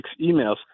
emails